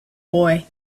boy